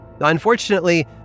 Unfortunately